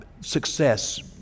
success